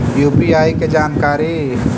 UPI के जानकारी?